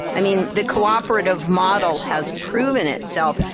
i mean, the cooperative model has proven itself,